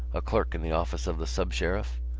a clerk in the office of the sub-sheriff,